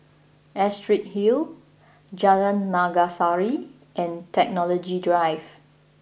Astrid Hill Jalan Naga Sari and Technology Drive